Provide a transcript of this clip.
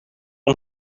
een